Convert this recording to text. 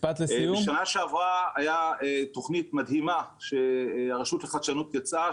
בשנה שעברה הייתה תכנית מדהימה שיצרה הרשות לחדשנות,